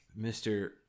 Mr